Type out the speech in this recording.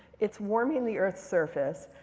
it's warming the earth's surface.